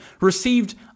received